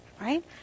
Right